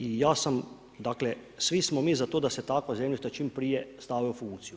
I ja sam, dakle svi smo mi za to da se takva zemljišta čim prije stave u funkciju.